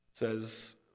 says